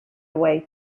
away